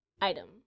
item